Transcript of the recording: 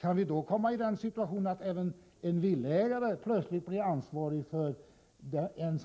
Kanske den situationen kan uppstå, att även en villaägare plötsligt blir ansvarig för en